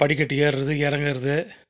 படிக்கட்டு ஏறுறது இறங்குறது